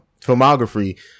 filmography